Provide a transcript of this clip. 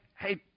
hey